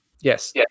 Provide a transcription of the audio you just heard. yes